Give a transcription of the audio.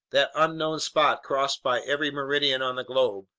that unknown spot crossed by every meridian on the globe.